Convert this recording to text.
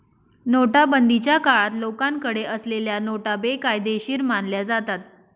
नोटाबंदीच्या काळात लोकांकडे असलेल्या नोटा बेकायदेशीर मानल्या जातात